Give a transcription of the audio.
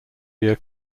year